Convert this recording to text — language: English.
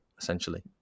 essentially